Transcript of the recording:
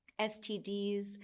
STDs